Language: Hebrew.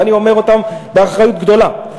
ואני אומר אותם באחריות גדולה.